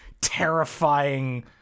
Terrifying